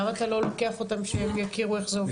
למה אתה לא לוקח אותם שהם יכירו אותם איך זה עובד?